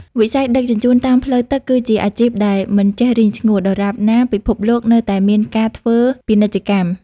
វិស័យដឹកជញ្ជូនតាមផ្លូវទឹកគឺជាអាជីពដែលមិនចេះរីងស្ងួត ដរាបណាពិភពលោកនៅតែមានការធ្វើពាណិជ្ជកម្ម។